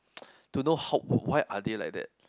to know hope wh~ why are they like that